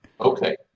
Okay